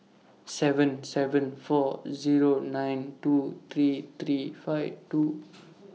seven seven four Zero nine two three three five two